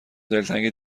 دلتنگ